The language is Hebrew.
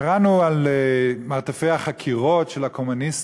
קראנו על מרתפי החקירות של הקומוניסטים,